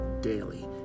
daily